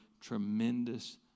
tremendous